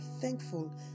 thankful